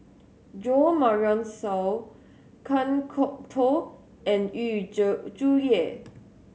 Jo Marion Seow Kan Kwok Toh and Yu Zhuye